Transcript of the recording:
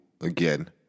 again